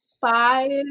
five